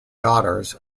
daughters